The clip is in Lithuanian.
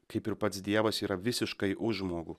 kaip ir pats dievas yra visiškai už žmogų